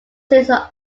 season